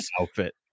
outfit